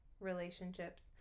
relationships